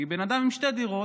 כי בן אדם עם שתי דירות,